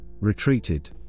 retreated